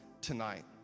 tonight